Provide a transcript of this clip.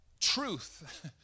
truth